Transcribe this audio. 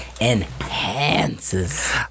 enhances